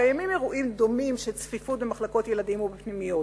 קיימים אירועים דומים של צפיפות במחלקות ילדים ובמחלקות פנימיות.